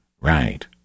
Right